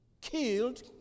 killed